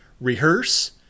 rehearse